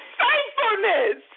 faithfulness